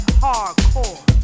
hardcore